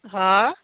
हा